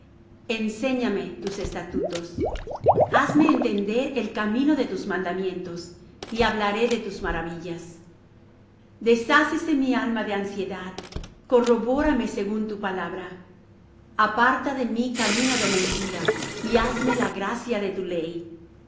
enséñame tus estatutos hazme entender el camino de tus mandamientos y hablaré de tus maravillas deshácese mi alma de ansiedad corrobórame según tu palabra aparta de mí camino de mentira y hazme la gracia de tu ley